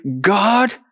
god